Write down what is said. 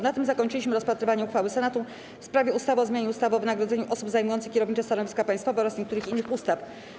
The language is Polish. Na tym zakończyliśmy rozpatrywanie uchwały Senatu w sprawie ustawy o zmianie ustawy o wynagrodzeniu osób zajmujących kierownicze stanowiska państwowe oraz niektórych innych ustaw.